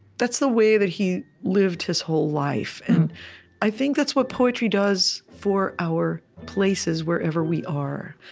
that's the way that he lived his whole life. and i think that's what poetry does for our places, wherever we are.